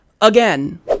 again